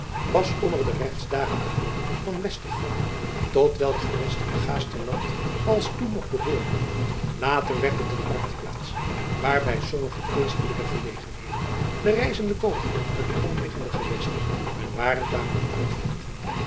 was om er de rechtsdagen te houden van westergoo tot welk gewest het gaasterland alstoen nog behoorde later werd het een marktplaats waar bij sommige feestelijke gelegenheden de reizende kooplieden uit de omliggende gewesten hun waren kwamen uitventen